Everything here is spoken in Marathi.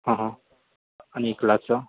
आणि एक लाछा